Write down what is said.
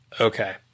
Okay